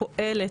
פועלת.